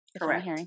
Correct